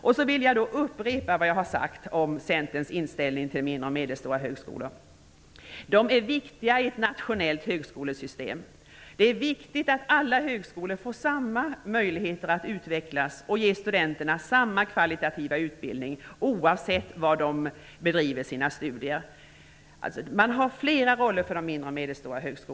Jag vill upprepa vad jag har sagt om Centerns inställning till mindre och medelstora högskolor: De är viktiga i ett nationellt högskolesystem. Det är viktigt att alla högskolor får samma möjligheter att utvecklas och ge studenterna samma kvalitativa utbildning oavsett var dessa bedriver sina studier. De mindre och medelstora högskolorna har flera roller.